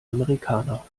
amerikaner